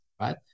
right